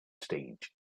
stage